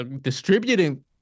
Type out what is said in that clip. distributing